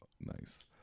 Nice